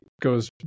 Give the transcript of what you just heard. goes